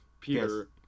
Peter